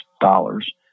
dollars